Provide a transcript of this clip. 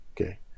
okay